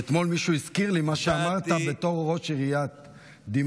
כי אתמול מישהו הזכיר לי את מה שאמרת בתור ראש עיריית דימונה,